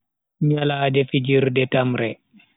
Nyalade fijirde tamre.